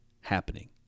happening